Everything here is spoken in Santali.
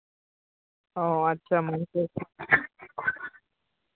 ᱚ ᱟᱪᱪᱷᱟ